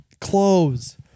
Clothes